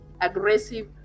aggressive